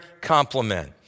compliment